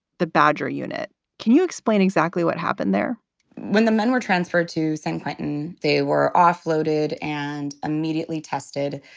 the badger unit can you explain exactly what happened there when the men were transferred to san quentin? they were offloaded and immediately tested.